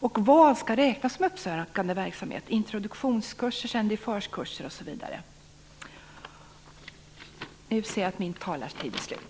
Och vad skall räknas som uppsökande verksamhet - introduktionskurser, känn-dig-förkurser osv.? Nu ser jag att min talartid är slut.